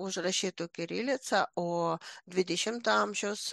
užrašytų kirilica o dvidešimto amžiaus